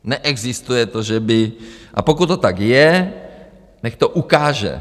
Neexistuje to, že by a pokud to tak je, nechť to ukáže.